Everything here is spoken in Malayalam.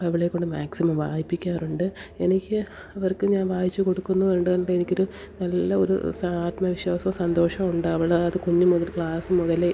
അവളെ കൊണ്ട് മാക്സിമം വായിപ്പിക്കാറുണ്ട് എനിക്ക് അവർക്ക് ഞാൻ വായിച്ച് കൊടുക്കുന്നു അതോണ്ടെനിക്കൊരു നല്ലൊരു സ ആത്മവിശ്വാസം സന്തോഷം ഉണ്ടവളത് കുഞ്ഞ് മുതൽ ക്ലാസ് മുതലേ